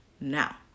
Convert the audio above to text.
Now